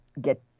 get